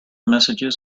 messages